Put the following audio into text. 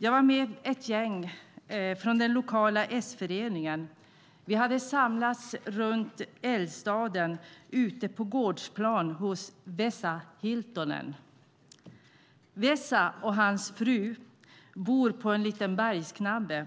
Jag var med ett gäng från den lokala S-föreningen. Vi hade samlats runt eldstaden ute på gårdsplanen hos Vesa Hiltonen. Vesa och hans fru bor på en liten bergsknabbe.